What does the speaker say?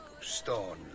stone